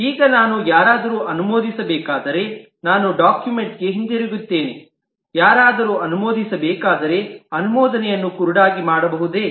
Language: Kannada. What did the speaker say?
ಈಗ ನಾನು ಯಾರಾದರೂ ಅನುಮೋದಿಸಬೇಕಾದರೆ ನಾನು ಡಾಕ್ಯುಮೆಂಟ್ಗೆ ಹಿಂತಿರುಗುತ್ತೇನೆ ಯಾರಾದರೂ ಅನುಮೋದಿಸಬೇಕಾದರೆ ಅನುಮೋದನೆಯನ್ನು ಕುರುಡಾಗಿ ಮಾಡಬಹುದೇ